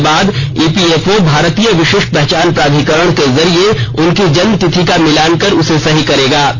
इसके बाद ईपीएफओ भारतीय विशिष्ट पहचान प्राधिकरण के जरिए उनकी जन्म तिथि का मिलान कर उसे सही करेगा